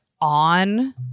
on